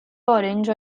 orange